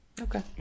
Okay